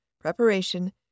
preparation